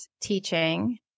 teaching